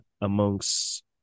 amongst